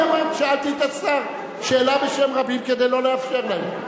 אני שאלתי את השר שאלה בשם רבים כדי שלא לאפשר להם.